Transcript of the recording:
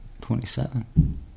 Twenty-seven